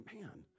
man